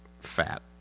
fat